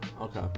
okay